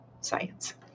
science